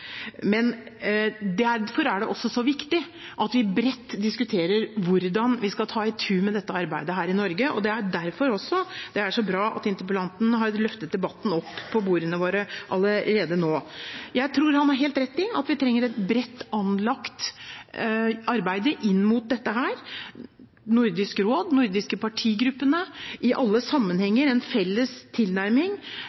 Derfor er det også så viktig at vi bredt diskuterer hvordan vi skal «ta itu med» dette arbeidet her i Norge, og det er også derfor det er så bra at interpellanten har løftet debatten opp på bordet vårt allerede nå. Jeg tror han har helt rett i at vi trenger et bredt anlagt arbeid inn mot dette – Nordisk råd, de nordiske partigruppene – i alle sammenhenger en felles tilnærming.